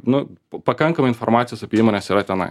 nu pakankamai informacijos apie įmones yra tenai